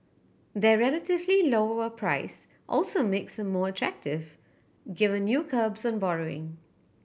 their relatively lower price also makes them more attractive given new curbs on borrowing